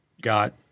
got